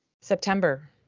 September